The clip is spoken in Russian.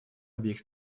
обеих